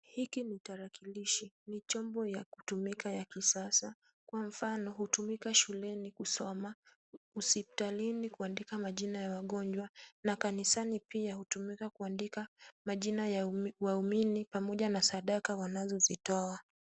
Hiki ni tarakilishi. Ni chombo ya kutumika ya kisasa. Kwa mfano hutumika shuleni kusoma, hospitalini kuandika majina ya magonjwa na kanisani pia hutumika kuandika majina ya waumini pamoja na sadaka wanazozitoa.